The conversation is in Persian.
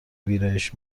ویرایش